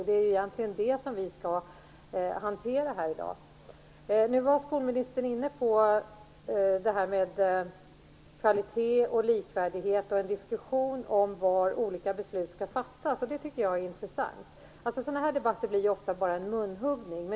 Det är ju egentligen det som vi i dag skall hantera. Skolministern var inne på frågor om kvalitet och likvärdighet och på diskussionen om var olika beslut skall fattas. Det tycker jag är intressant. Sådana här debatter blir annars ofta bara en munhuggning.